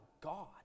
God